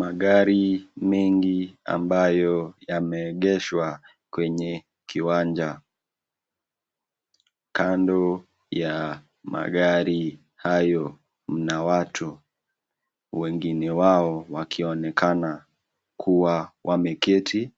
Magari mengi ambayo yameegeshwa kwenye kiwanja. Kando ya magari hayo mna watu, wengine wao wakionekana kuwa wameketi,